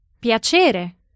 Piacere